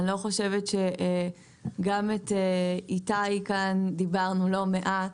גם עם איתי דיברנו לא מעט,